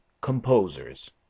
Composers